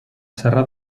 serra